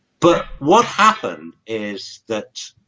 but what happened is that